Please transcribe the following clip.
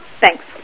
Thanks